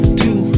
two